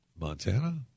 Montana